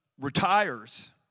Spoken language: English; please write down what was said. retires